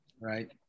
right